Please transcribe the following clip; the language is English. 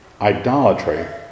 idolatry